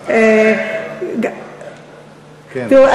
תראו,